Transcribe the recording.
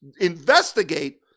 investigate